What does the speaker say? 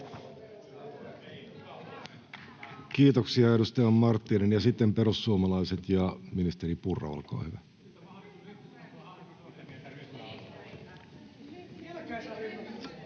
Kiitoksia, edustaja Marttinen. — Ja sitten perussuomalaiset ja ministeri Purra, olkaa hyvä.